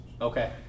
Okay